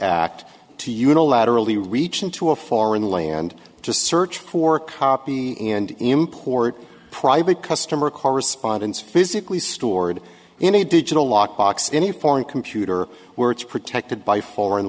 act to unilaterally reach into a foreign land to search for copy and import private customer correspondence physically stored in a digital lock box in a foreign computer where it's protected by foreign